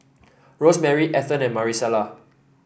Rosemary Ethen and Marisela